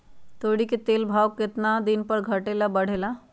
तोरी के तेल के भाव केतना दिन पर घटे ला बढ़े ला?